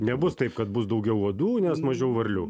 nebus taip kad bus daugiau uodų nes mažiau varlių